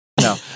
No